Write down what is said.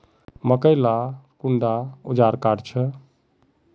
मकई के ला कुंडा ओजार काट छै?